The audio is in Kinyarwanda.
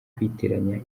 kwitiranya